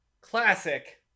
classic